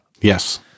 Yes